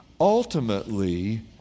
ultimately